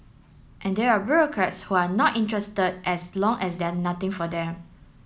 and there are bureaucrats who are not interested as long as there are nothing for them